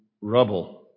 rubble